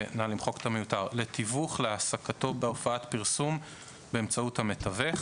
(מחקו את המיותר) לתיווך להעסקתו בהופעת פרסום באמצעות המתווך